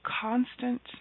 constant